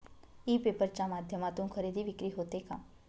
E paper च्या माध्यमातून खरेदी विक्री होते का?